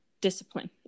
discipline